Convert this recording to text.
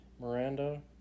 Miranda